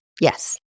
Yes